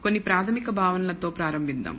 కొన్ని ప్రాథమిక భావనలతో ప్రారంభిద్దాం